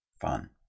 Fun